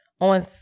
on